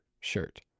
shirt